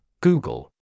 Google